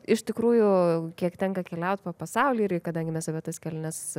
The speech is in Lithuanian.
iš tikrųjų kiek tenka keliaut po pasaulį ir kadangi mes apie tas keliones